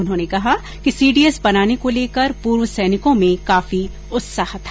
उन्होंने कहा कि सीडीएस बनाने को लेकर पूर्व सैनिकों में काफी उत्साहत था